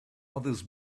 others